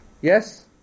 Yes